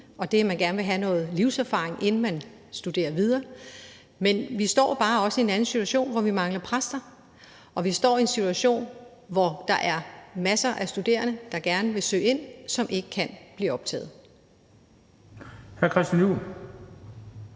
og man vil gerne have noget livserfaring, inden man studerer videre. Men vi står bare også i en anden situation, hvor vi mangler præster, og vi står i en situation, hvor der er masser af studerende, der gerne vil søge ind, som ikke kan blive optaget. Kl. 15:18 Den fg.